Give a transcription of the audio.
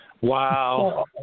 Wow